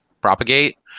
propagate